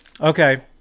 Okay